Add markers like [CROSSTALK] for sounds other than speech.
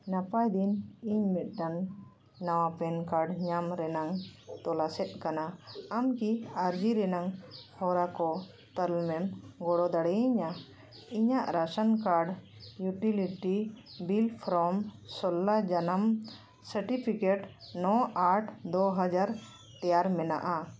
ᱜᱟᱯᱟ ᱫᱤᱱ ᱤᱧ ᱢᱤᱫᱴᱟᱱ ᱱᱟᱣᱟ ᱯᱮᱱ ᱠᱟᱨᱰ ᱧᱟᱢ ᱨᱮᱱᱟᱝ ᱛᱚᱞᱟᱥᱮᱫ ᱠᱟᱱᱟ ᱟᱢ ᱠᱤ ᱟᱨᱡᱤ ᱨᱮᱱᱟᱝ ᱦᱚᱨᱟ ᱠᱚ [UNINTELLIGIBLE] ᱜᱚᱲᱚ ᱫᱟᱲᱮᱭᱤᱧᱟ ᱤᱧᱟᱹᱜ ration card utility bill form ᱥᱳᱞᱞᱳ ᱡᱟᱱᱟᱢ ᱥᱟᱨᱴᱤᱯᱷᱤᱠᱮᱴ ᱱᱚ ᱟᱴ ᱫᱩ ᱦᱟᱡᱟᱨ ᱛᱮᱭᱟᱨ ᱢᱮᱱᱟᱜᱼᱟ